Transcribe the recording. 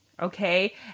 Okay